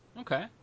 Okay